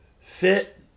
fit